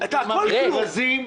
הכול כלום.